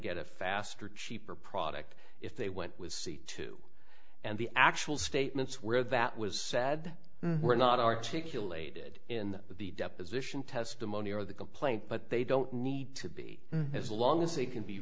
a faster cheaper product if they went with c two and the actual statements where that was said were not articulated in the deposition testimony or the complaint but they don't need to be as long as they can be